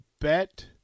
bet